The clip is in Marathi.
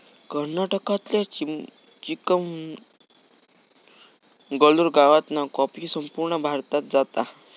कर्नाटकातल्या चिकमंगलूर गावातना कॉफी संपूर्ण भारतात जाता